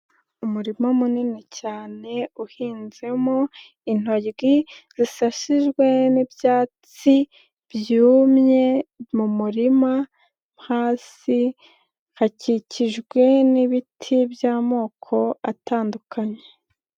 Umurima munini cyane uhinzemo intoryi zisasijwe n'ibyatsi byumye, mu murima hasi hakikijwe n'ibiti by'amoko atandukanye.